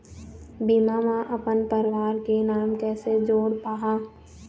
बीमा म अपन परवार के नाम कैसे जोड़ पाहां?